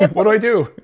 yeah what do i do?